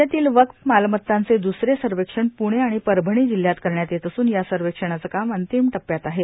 राज्यातील वक्फ मालमतांचे दुसरे सर्वेक्षण पुणे आणि परभणी जिल्ह्यात करण्यात येत असून या सर्वेक्षणाचे काम अंतिम ाप्प्यात आहे